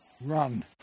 run